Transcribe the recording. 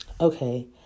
Okay